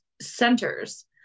centers